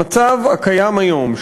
המצב הקיים היום,